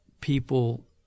people